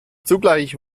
zugleich